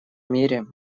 мире